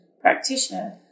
practitioner